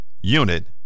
unit